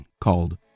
called